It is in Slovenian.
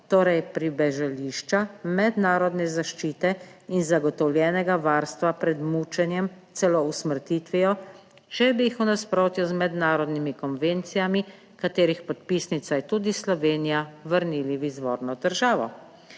torej pribežališča, mednarodne zaščite in zagotovljenega varstva pred mučenjem, celo usmrtitvijo, če bi jih v nasprotju z mednarodnimi konvencijami, katerih podpisnica je tudi Slovenija, vrnili v izvorno državo.